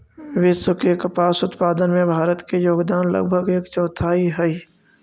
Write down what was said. विश्व के कपास उत्पादन में भारत के योगदान लगभग एक चौथाई हइ